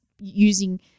using